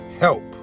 help